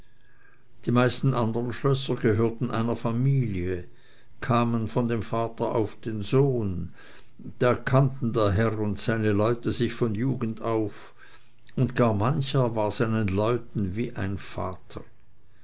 die meisten andern schlösser gehörten einer familie kamen von dem vater auf den sohn da kannten der herr und seine leute sich von jugend auf und gar mancher war seinen leuten wie ein vater